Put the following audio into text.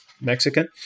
Mexican